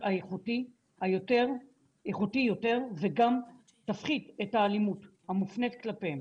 איכותי יותר וגם תפחית את האלימות המופנית כלפיהם